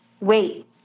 wait